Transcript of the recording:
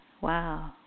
Wow